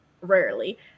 rarely